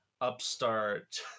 upstart